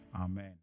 Amen